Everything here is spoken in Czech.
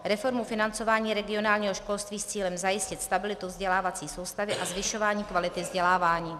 Reformu financování regionálního školství s cílem zajistit stabilitu vzdělávací soustavy a zvyšování kvality vzdělávání.